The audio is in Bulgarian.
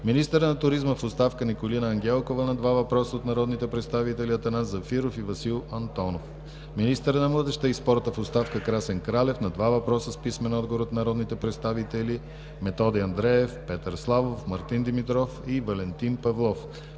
министърът на туризма в оставка Николина Ангелкова – на два въпроса от народните представители Атанас Зафиров, и Васил Антонов, - министърът на младежта и спорта в оставка Красен Кралев – на два въпроса с писмен отговор от народните представители Методи Андреев, Петър Славов и Мартин Димитров, и Валентин Павлов.